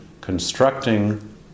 constructing